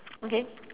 okay